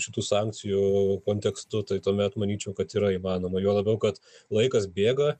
šitų sankcijų kontekstu tai tuomet manyčiau kad yra įmanoma juo labiau kad laikas bėga